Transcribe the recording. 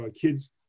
kids